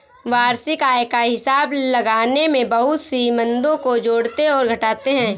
वार्षिक आय का हिसाब लगाने में बहुत सी मदों को जोड़ते और घटाते है